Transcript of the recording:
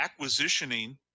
acquisitioning